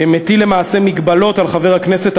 מטיל למעשה מגבלות על חבר הממשלה,